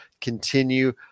continue